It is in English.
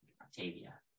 Octavia